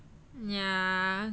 ya